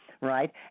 right